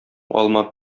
алма